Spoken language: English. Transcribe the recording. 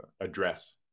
address